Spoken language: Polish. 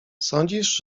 sądzisz